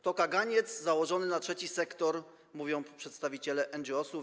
To kaganiec założony na trzeci sektor - mówią przedstawiciele NGOs.